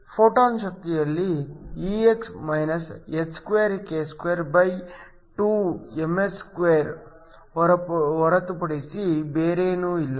photon ಶಕ್ತಿಯಲ್ಲಿ ಹೊರತುಪಡಿಸಿ ಬೇರೇನೂ ಇಲ್ಲ